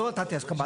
אז לא נתתי הסכמה,